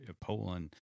Poland